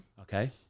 okay